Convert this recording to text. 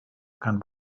kein